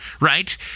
right